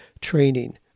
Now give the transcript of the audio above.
training